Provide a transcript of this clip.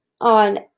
on